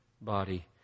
body